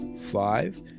five